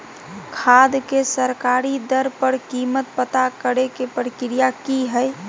खाद के सरकारी दर पर कीमत पता करे के प्रक्रिया की हय?